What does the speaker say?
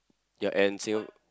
ya and